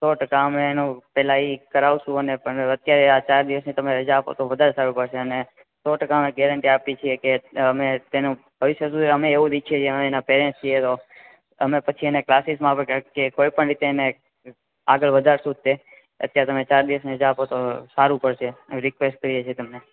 સો ટકા અમે એનું પેલા એ કરાવશું અને પણ અત્યારે ચાર દિવસની તમે રજા આપો તો વધાર સારું પડશે અને સો ટકા ગેરંટી આપીએ છે કે અમે તેનું ભવિષ્ય શું અમે એવું ઈચ્છીએ છે અમે એના પેરેન્ટ્સ છે તો અમે પછી એના ક્લાસીસમાં આપડે કે કોઈપણ રીતે એને આગળ વધાર શું તે અત્યારે તમે ચાર દિવસની આપો તો સારું પડશે રિક્વેસ્ટ કરીએ છે તમને